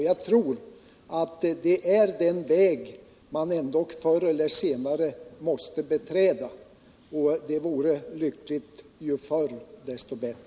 Jag tror att det är den väg man ändock förr eller senare måste beträda — ju förr, desto bättre.